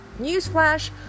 newsflash